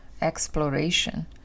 exploration